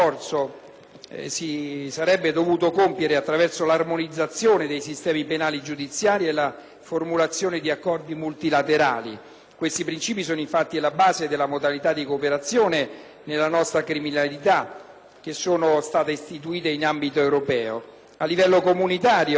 si sarebbe dovuto compiere attraverso l'armonizzazione dei sistemi penali giudiziari e la formulazione di accordi multilaterali. Questi princìpi sono infatti alla base delle modalità di cooperazione nella lotta alla criminalità che sono state istituite in ambito europeo.